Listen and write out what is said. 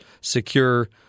secure